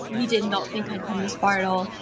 we did not think i'd come this far at all.